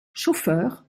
chauffeur